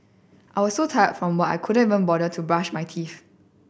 I was so tired from work I couldn't even bother to brush my teeth